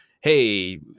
hey